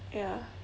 ya